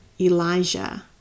Elijah